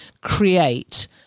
create